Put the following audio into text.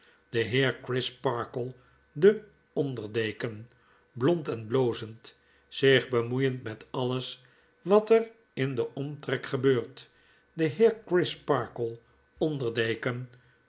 de heer crisparkle de onder deken blond en blozend zich bemoeiend met alles water in den omtrek gebeurt de heer crisparkle onderdeken